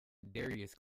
darius